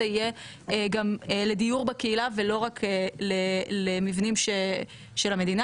יהיה גם לדיור בקהילה ולא רק למבנים של המדינה.